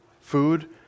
food